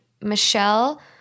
Michelle